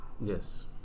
yes